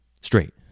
straight